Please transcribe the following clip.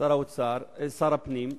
שר הפנים,